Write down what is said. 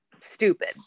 stupid